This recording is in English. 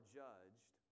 judged